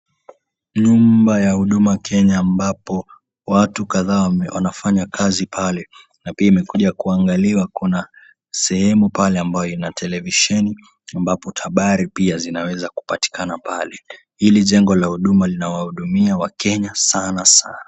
Nyumba ya Huduma Kenya ambapo watu kadhaa wanafanya kazi pale na pia imekuja kuangaliwa. Kuna sehemu pale ambayo ina televisheni ambapo habari pia zinaweza kupatikana pale. Hili jengo la Huduma linawahudumia wakenya sana sana.